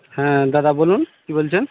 হ্যাঁ দাদা বলুন কী বলছেন